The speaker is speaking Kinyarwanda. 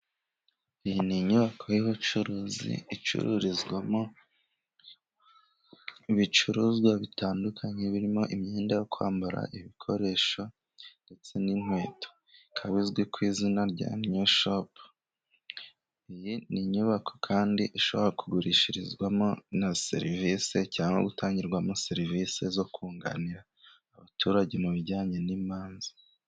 Iyi ni inyubako y'ubucuruzi, icururizwamo, ibicuruzwa bitandukanye, birimo imyenda yo kwambara, ibikoresho, ndetse n'inkweto, ikaba izwi ku izina rya new shop. Iyi n'inyubako kandi ishobora, kugurishirizwamo na serivisi cyangwa gutangirwamo serivisi zo kunganira abaturage mu bijyanye n'imanza.